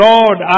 Lord